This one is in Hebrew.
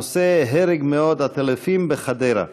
הנושא: הרג מאות עטלפים בחדרה.